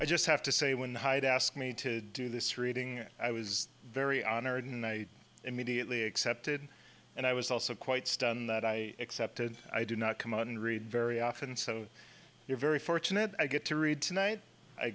i just have to say when hyde asked me to do this reading i was very honored and i immediately accepted and i was also quite stunned that i accepted i do not come out and read very often so you're very fortunate i get to read tonight i